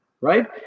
right